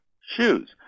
shoes